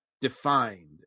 defined